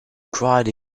cried